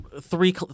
three